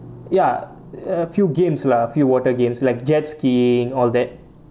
ya a few games lah few water games like jet-skiing all that